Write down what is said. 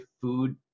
food